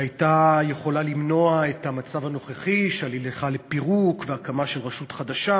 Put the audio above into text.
שהייתה יכולה למנוע את המצב הנוכחי של הליכה לפירוק והקמה של רשות חדשה,